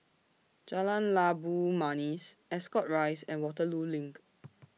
Jalan Labu Manis Ascot Rise and Waterloo LINK